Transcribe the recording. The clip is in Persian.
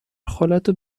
خالتو